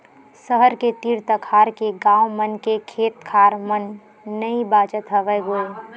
सहर के तीर तखार के गाँव मन के खेत खार मन नइ बाचत हवय गोय